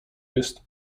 jest